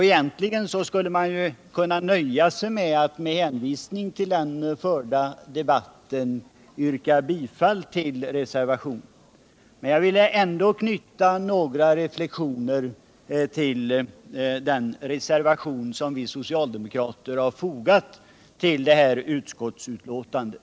Egentligen skulle man kunna nöja sig med att under hänvisning till den förda debatten yrka bifall till reservationen vid skatteutskottets betänkande nr 33. Jag vill ändå knyta några reflexioner till den reservation som vi socialdemokrater fogat till detta utskottsbetänkande.